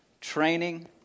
training